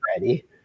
Ready